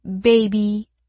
Baby